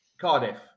cardiff